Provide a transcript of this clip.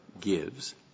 gives